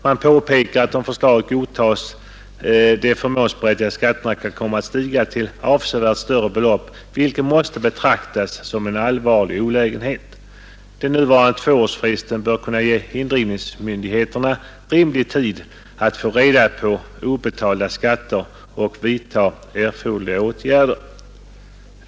Man påpekar att om förslaget godtas de förmånsberättigade skatterna kommer att stiga till avsevärt större belopp, vilket måste betraktas som en allvarlig olägenhet. Den nuvarande tvåårsfristen bör kunna ge indrivningsmyndigheterna rimlig tid att få reda på obetalda skatter och vidta erforderliga åtgärder.